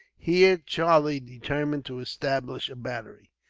here, charlie determined to establish a battery.